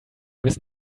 wissen